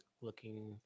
looking –